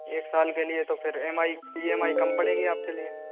एक साल के लिए तो फिर M I E M I कम पड़ेगी आपके लिए